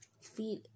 feel